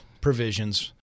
provisions